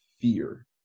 fear